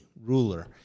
ruler